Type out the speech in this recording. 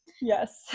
Yes